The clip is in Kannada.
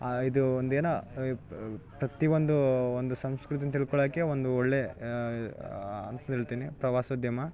ಆ ಇದು ಒಂದು ಏನೋ ಪ್ರತಿ ಒಂದು ಒಂದು ಸಂಸ್ಕೃತಿನ ತಿಳ್ಕೊಳೋಕ್ಕೆ ಒಂದು ಒಳ್ಳೇ ಅಂತೇಳ್ತೀನಿ ಪ್ರವಾಸೋದ್ಯಮ